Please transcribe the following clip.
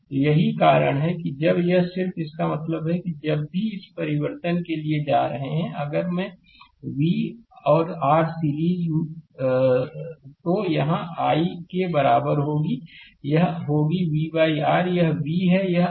तो यही कारण है कि जब यह सिर्फ इसका मतलब है कि जब भी इस परिवर्तन के लिए जा रहे हैं कि अगर मैं v और R सीरीज तो यहां i बराबर होगी यह होगी vR यह v है यह R है